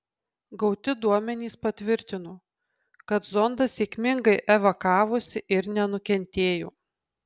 gauti duomenys patvirtino kad zondas sėkmingai evakavosi ir nenukentėjo